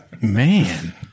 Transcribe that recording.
Man